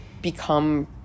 become